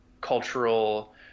cultural